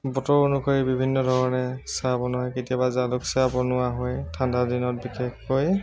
বতৰ অনুসৰি বিভিন্ন ধৰণে চাহ বনায় কেতিয়াবা জালুক চাহ বনোৱা হয় ঠাণ্ডা দিনত বিশেষকৈ